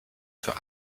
für